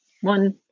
one